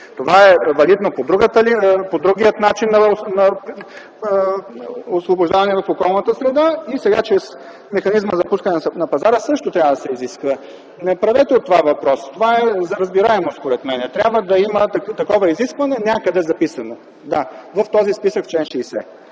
Това е валидно по другия начин за освобождаване в околната среда и сега чрез механизма за пускане на пазара също трябва да се изиска. Не правете от това въпрос. Това е разбираемо, според мен. Трябва да има записано такова изискване някъде в този списък в чл.